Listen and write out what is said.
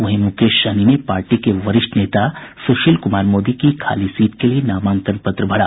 वहीं मुकेश सहनी ने पार्टी के वरिष्ठ नेता सुशील कुमार मोदी की खाली सीट के लिए नामांकन पत्र भरा